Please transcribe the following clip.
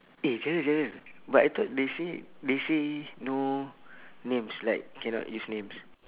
eh gerald gerald but I thought they say they say no names like cannot give names